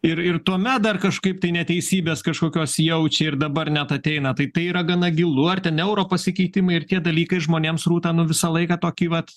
ir ir tuomet dar kažkaip tai neteisybės kažkokios jaučia ir dabar net ateina tai tai yra gana gilu ar ten euro pasikeitimai ir tie dalykai žmonėms rūta nu visą laiką tokį vat